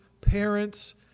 parents